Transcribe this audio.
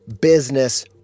business